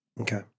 Okay